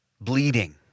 bleeding